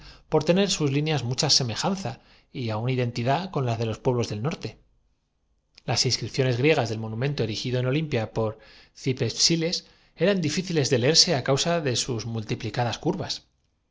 por tener sus líneas mucha semejanza y aun y los otros identidad con las de los pueblos del norte las ins hablo de los hunnos hoy zikulos de la parte de la transilvania cripciones griegas del monumento erigido en olimpia por los gipselides eran difíciles de leerse á causa de ah sí adelante no los conozco sus multiplicadas curvas